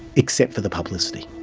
except for the publicity.